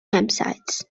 campsites